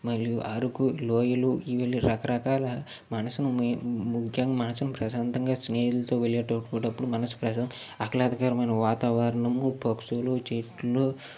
మరియు అరుకు లోయలు ఇవన్నీ రకరకాల మనసును ము ముఖ్యంగా మనసును ప్రశాంతంగా స్నేహితులతో వెళ్ళేటప్పుడు మనసు ప్రశాంత ఆహ్లాదకరమైన వాతావరణము పక్షులు చెట్లు